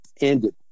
ended